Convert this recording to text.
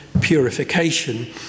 purification